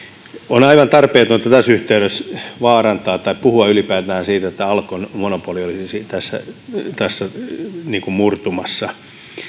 on aivan tarpeetonta tässä yhteydessä puhua ylipäätään siitä että alkon monopoli olisi tässä murtumassa